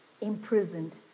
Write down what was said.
imprisoned